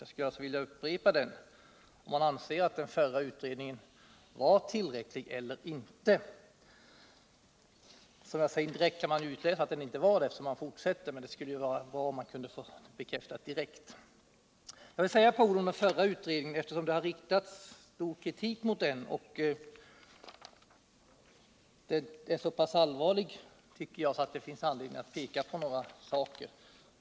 Jag skulle alltså vilja upprepa frågan: Anses den förra utredningen ha varit tillräcklig eller inte? Jag vore tacksam för en direkt bekräftelse. Så några ord om den förra utredningen, mot vilken riktats stark kritik. Kritiken är så allvarlig att det finns anledning att ta upp den.